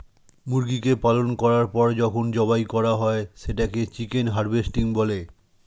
মুরগিকে পালন করার পর যখন জবাই করা হয় সেটাকে চিকেন হারভেস্টিং বলে